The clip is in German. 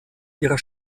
ihrer